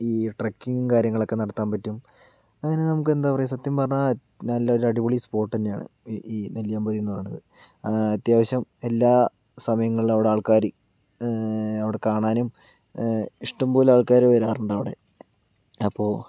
ഈ ട്രക്കിങ്ങും കാര്യങ്ങളൊക്കെ നടത്താൻ പറ്റും അങ്ങനെ നമുക്കെന്താ പറയാ സത്യം പറഞ്ഞാൽ നല്ലൊരടിപൊളി സ്പോട്ട് തന്നെയാണ് ഈ നെല്ലിയാമ്പതിയെന്നു പറയണത് അത്യാവശ്യം എല്ലാ സമയങ്ങളിലും അവിടെ ആൾക്കാർ അവിടെ കാണാനും ഇഷ്ടംപോലെ ആൾക്കാർ വരാറുണ്ടവിടെ അപ്പോൾ